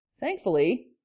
Thankfully